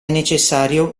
necessario